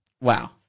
Wow